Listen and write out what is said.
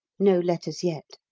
no letters yet.